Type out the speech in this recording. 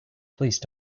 please